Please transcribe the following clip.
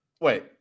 Wait